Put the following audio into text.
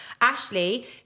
ashley